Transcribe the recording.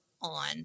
on